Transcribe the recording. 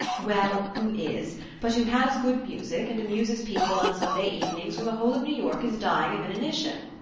well, who is but who has good music, and amuses people on sunday evenings, when the whole of new york is dying of inanition.